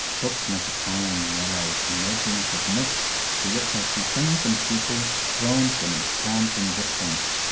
books make a fine, mellow, imaginative mist, through which i see things and people thrown to an enchanting distance.